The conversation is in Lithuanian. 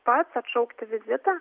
pats atšaukti vizitą